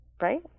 right